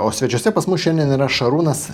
o svečiuose pas mus šiandien yra šarūnas